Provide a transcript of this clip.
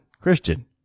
Christian